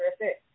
perfect